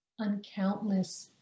uncountless